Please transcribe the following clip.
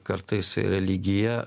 kartais religija